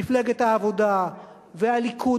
מפלגת העבודה והליכוד,